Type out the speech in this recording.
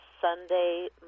Sunday